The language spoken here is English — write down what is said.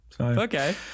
Okay